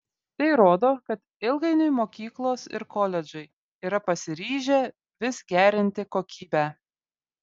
tai rodo kad ilgainiui mokyklos ir koledžai yra pasiryžę vis gerinti kokybę